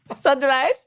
sunrise